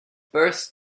birth